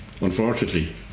unfortunately